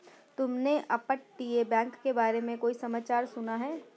तुमने अपतटीय बैंक के बारे में कोई समाचार सुना है?